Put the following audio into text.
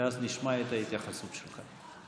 ואז נשמע את ההתייחסות שלך.